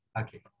Okay